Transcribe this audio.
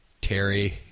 terry